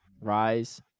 Rise